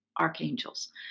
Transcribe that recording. archangels